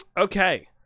Okay